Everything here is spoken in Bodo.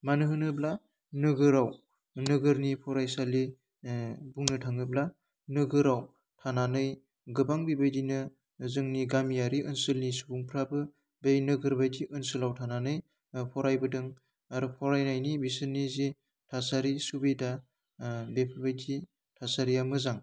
मानो होनोब्ला नोगोराव नोगोरनि फरायसालि ओह बुंनो थाङोब्ला नोगोराव थानानै गोबां बेबायदिनो जोंनि गामियारि ओनसोलनि सुबुंफ्राबो बै नोगोरबायदि ओनसोलाव थानानै ओह फरायबोदों आरो फरायनायनि बिसोरनि जे थासारि सुबिदा ओह बेफोरबायदि थासारिया मोजां